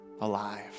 alive